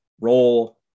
role